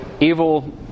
evil